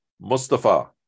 Mustafa